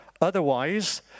Otherwise